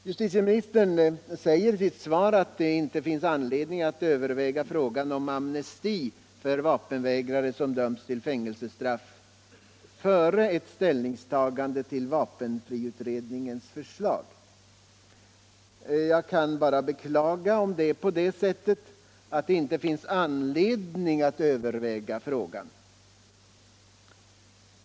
Justitieministern säger i sitt svar att det inte finns anledning att överväga frågan om amnesti för vapenvägrare som dömts till fängelsestraff före ett ställningstagande till vapenfriutredningens förslag. Jag kan bara beklaga om det är på det sättet att det inte finns anledning att överväga frågan.